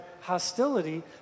hostility